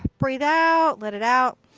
breathe out. let it out.